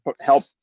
help